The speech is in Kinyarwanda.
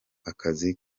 akazi